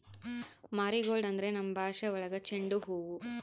marigold ಅಂದ್ರೆ ನಮ್ ಭಾಷೆ ಒಳಗ ಚೆಂಡು ಹೂವು